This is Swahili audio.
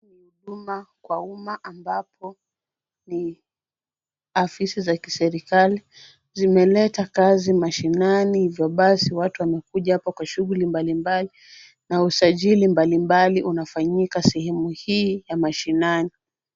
Huduma kwa umma ambapo ni afisi za kiserikali zimeleta kazi mashinani hivyo basi watu wamekuja hapa kwa shughuli mbalimbali na usajili mbalimbali unafanyika sehemu hii ya mashinani.